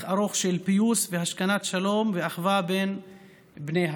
ארוך של פיוס והשכנת שלום ואחווה בין בני הכפר.